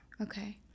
Okay